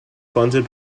funded